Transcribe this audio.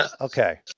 okay